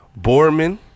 Borman